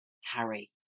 Harry